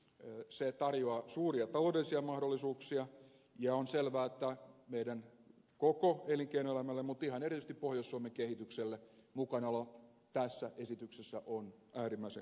se tarjoaa suuria taloudellisia mahdollisuuksia ja on selvää että meidän koko elinkeinoelämällemme mutta ihan erityisesti pohjois suomen kehitykselle mukanaolo tässä esityksessä on äärimmäisen kannatettavaa